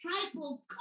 disciples